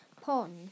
pond